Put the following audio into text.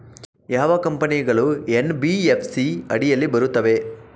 ಯಾವ ಕಂಪನಿಗಳು ಎನ್.ಬಿ.ಎಫ್.ಸಿ ಅಡಿಯಲ್ಲಿ ಬರುತ್ತವೆ?